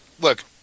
Look